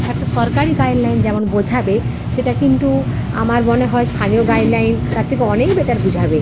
একটা সরকারি গাইডলাইন যেমন বোঝাবে সেটা কিন্তু আমার মনে হয় স্থানীয় গাইডলাইন তার থেকে অনেক বেটার বোঝাবে